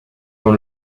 dans